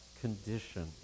condition